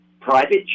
private